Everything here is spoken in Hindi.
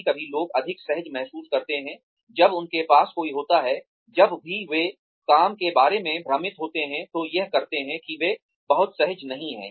कभी कभी लोग अधिक सहज महसूस करते हैं जब उनके पास कोई होता है जब भी वे काम के बारे में भ्रमित होते हैं तो यह करते हैं कि वे बहुत सहज नहीं हैं